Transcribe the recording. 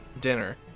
dinner